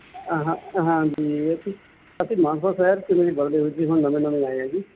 ਹਾਂ ਹਾਂ ਜੀ ਅਸੀਂ ਅਸੀਂ ਮਾਨਸਾ ਸ਼ਹਿਰ 'ਚ ਹੁਣ ਨਵੇਂ ਨਵੇਂ ਆਏ ਹਾਂ ਜੀ